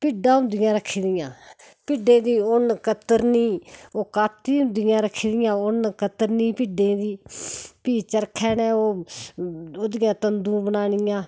भिड्डां होंदियां रक्खी दियां भिड्डें दी उन्न कतरनी ओह् कत्ती होंदियां रक्खी दियां उन्न कतरनी भिड्डें दी फ्ही चरखै नै ओ ओह्दियां तन्दूं बनानियां